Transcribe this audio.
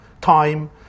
time